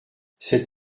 cet